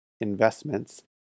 investments